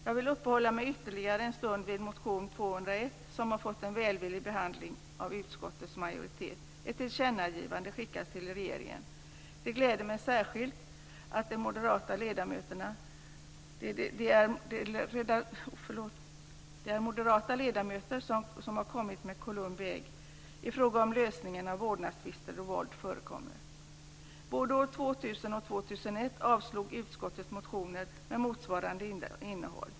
Jag vill uppehålla mig ytterligare en stund vid motion L201, som har fått en välvillig behandling av utskottets majoritet; ett tillkännagivande skickas till regeringen. Det gläder mig särskilt att det är moderata ledamöter som har kommit med ett Columbi ägg i fråga om lösningen av vårdnadstvister där våld förekommer. Både år 2000 och år 2001 avstyrkte utskottet motioner med motsvarande innehåll.